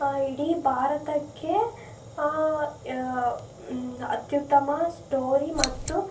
ಇಡೀ ಭಾರತಕ್ಕೆ ಅತ್ಯುತ್ತಮ ಸ್ಟೋರಿ ಮತ್ತು